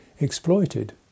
exploited